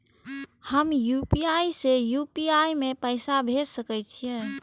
हम यू.पी.आई से यू.पी.आई में पैसा भेज सके छिये?